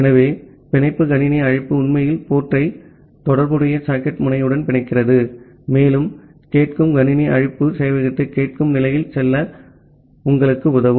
ஆகவே பிணைப்பு கணினி அழைப்பு உண்மையில் போர்ட் டை தொடர்புடைய சாக்கெட் முனையுடன் பிணைக்கிறது மேலும் கேட்கும் கணினி அழைப்பு சேவையகத்தை கேட்கும் நிலையில் செல்ல உங்களுக்கு உதவும்